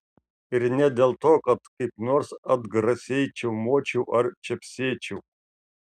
ir ne dėl to kad kaip nors atgrasiai čiaumočiau ar čepsėčiau